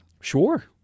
Sure